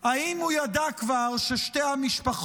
-- אם הוא כבר ידע ששתי המשפחות